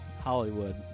Hollywood